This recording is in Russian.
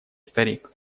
старик